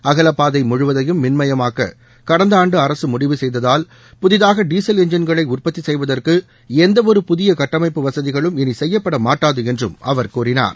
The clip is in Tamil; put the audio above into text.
அகல பாதை முழுவதையும் மின்மயமாக்க கடந்த ஆண்டு அரசு முடிவு செய்ததால் புதிதாக டீசல் எஞ்சின்களை உற்பத்தி செய்வதற்கு எந்தவொரு புதிய கட்டமைப்பு வசதிகளும் இனி செய்யப்பட மாட்டாது என்றும் அவர் கூறினார்